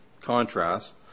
contrast